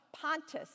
Pontus